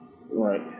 Right